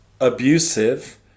abusive